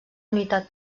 unitat